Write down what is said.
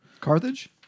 Carthage